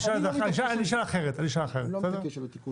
לא מתעקש על התיקון.